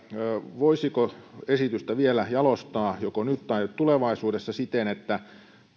voisiko esitystä vielä jalostaa joko nyt tai tulevaisuudessa siten että